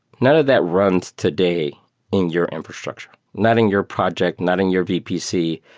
none of that runs today in your infrastructure, not in your project, not in your vpc.